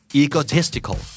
egotistical